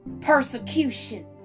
persecution